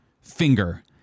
finger